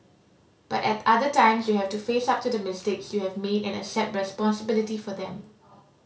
but at other times you have to face up to the mistakes you have made and accept responsibility for them